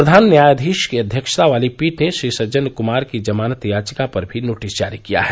प्रधान न्यायाधीश की अध्यक्षता वाली पीठ ने श्री सज्जन कमार की जमानत याचिका पर भी नोटिस जारी किया है